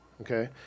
okay